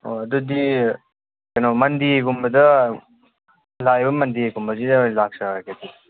ꯑꯣ ꯑꯗꯨꯗꯤ ꯀꯩꯅꯣ ꯃꯟꯗꯦꯒꯨꯝꯕ ꯂꯥꯛꯏꯕ ꯃꯟꯗꯦꯒꯨꯝꯕꯁꯤꯗ ꯂꯥꯛꯆꯔꯒꯦ ꯑꯗꯨꯗꯤ